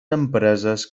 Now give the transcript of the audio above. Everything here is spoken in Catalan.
empreses